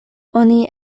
oni